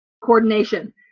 coordination